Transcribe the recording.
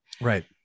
Right